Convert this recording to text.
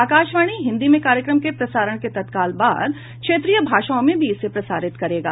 आकाशवाणी हिन्दी में कार्यक्रम के प्रसारण के तत्काल बाद क्षेत्रीय भाषाओं में भी इसे प्रसारित करेगा